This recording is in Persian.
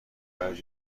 نبرد